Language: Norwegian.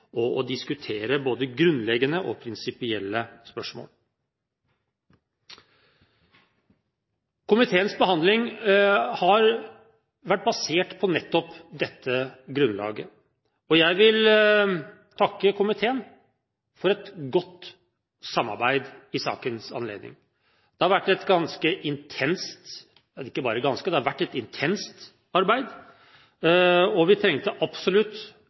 og diskutere både grunnleggende og prinsipielle spørsmål. Komiteens behandling har nettopp vært basert på dette grunnlaget. Og jeg vil takke komiteen for godt samarbeid i sakens anledning. Det har vært et ganske intenst – ja, ikke bare ganske – det har vært et intenst arbeid, og vi trengte absolutt